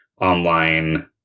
online